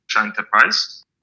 enterprise